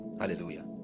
hallelujah